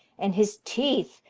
and his teeth,